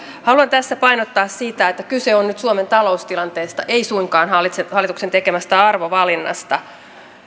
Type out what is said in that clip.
haluan tässä painottaa sitä että kyse on nyt suomen taloustilanteesta ei suinkaan hallituksen tekemästä arvovalinnasta